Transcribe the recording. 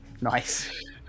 nice